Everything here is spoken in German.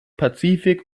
pazifik